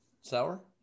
sour